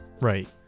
Right